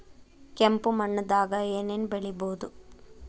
ಕೆಂಪು ಮಣ್ಣದಾಗ ಏನ್ ಏನ್ ಬೆಳಿಬೊದು?